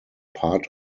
part